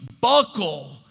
buckle